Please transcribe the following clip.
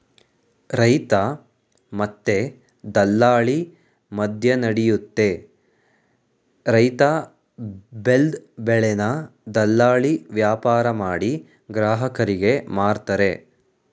ರೈತ ಮತ್ತೆ ದಲ್ಲಾಳಿ ಮದ್ಯನಡಿಯುತ್ತೆ ರೈತ ಬೆಲ್ದ್ ಬೆಳೆನ ದಲ್ಲಾಳಿ ವ್ಯಾಪಾರಮಾಡಿ ಗ್ರಾಹಕರಿಗೆ ಮಾರ್ತರೆ